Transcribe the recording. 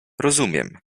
rozumiem